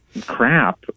Crap